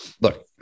look